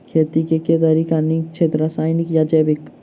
खेती केँ के तरीका नीक छथि, रासायनिक या जैविक?